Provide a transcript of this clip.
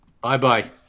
Bye-bye